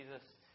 Jesus